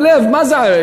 מה זה "על לב"?